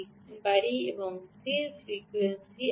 লিখতে লিখতে এটি স্থির ফ্রিকোয়েন্সি